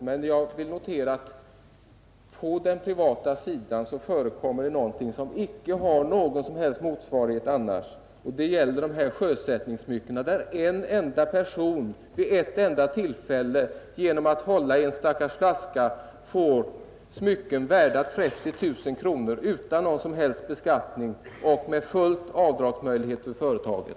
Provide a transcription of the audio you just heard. Men jag vill notera att på den privata sidan förekommer det någonting som icke har någon som helst motsvarighet annars, och det gäller de här sjösättningssmyckena, där en enda person vid ett enda tillfälle genom att hålla i en stackars flaska får smycken värda 30 000 kronor utan någon som helst beskattning och med full avdragsmöjlighet för företaget.